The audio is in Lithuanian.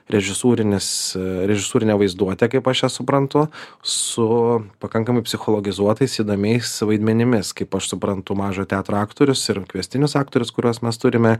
režisūrinis režisūrinė vaizduotė kaip aš ją suprantu su pakankamai psichologizuotais įdomiais vaidmenimis kaip aš suprantu mažojo teatro aktorius ir kviestinius aktorius kuriuos mes turime